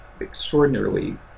extraordinarily